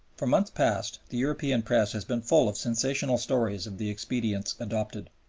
for months past the european press has been full of sensational stories of the expedients adopted.